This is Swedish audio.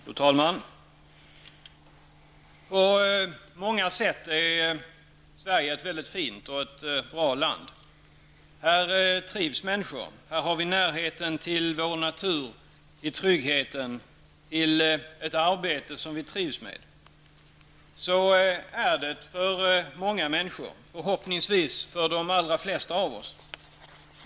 Fru talman! Sverige är på många sätt ett mycket fint och bra land. Här trivs människor. Vi har närhet till vår natur, till trygghet och till ett arbete som vi trivs med. Så är det för många människor. Förhoppningsvis för de flesta av oss.